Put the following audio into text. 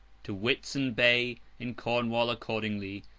to whitsand bay, in cornwall, accordingly,